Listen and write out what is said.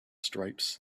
stripes